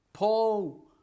Paul